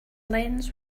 lens